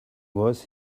was